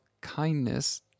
kindness